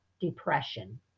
depression